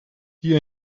die